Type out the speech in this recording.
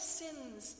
sins